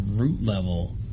root-level